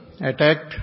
attacked